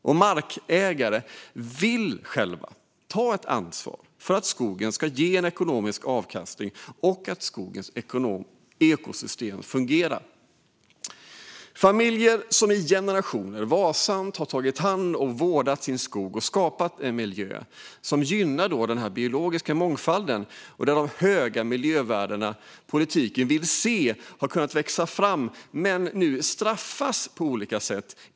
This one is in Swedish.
Och markägare vill själva ta ansvar för att skogen ska ge ekonomisk avkastning och att skogens ekosystem ska fungera. Familjer som i generationer varsamt har vårdat sin skog och skapat en miljö som gynnar den biologiska mångfalden, en miljö där de höga miljövärden som politiken vill se har kunnat växa fram, straffas nu på olika sätt.